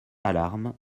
alarme